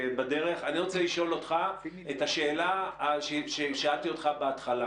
אני רוצה לשאול אותך את השאלה ששאלתי בהתחלה.